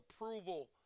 approval